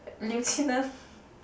lieutenant